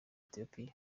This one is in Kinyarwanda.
ethiopia